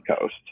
Coast